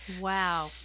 Wow